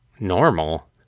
Normal